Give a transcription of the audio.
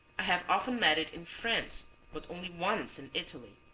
i have often met it in france, but only once in italy.